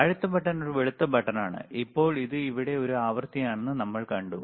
അടുത്ത ബട്ടൺ ഒരു വെളുത്ത ബട്ടണാണ് ഇപ്പോൾ ഇത് ഇവിടെ ഒരു ആവൃത്തിയാണെന്ന് നമ്മൾ കണ്ടു